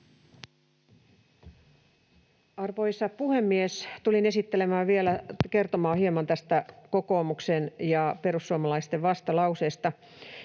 Arvoisa puhemies! Tulin vielä kertomaan hieman tästä kokoomuksen ja perussuomalaisten vastalauseesta: